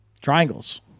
triangles